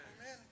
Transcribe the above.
Amen